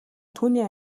түүний